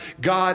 God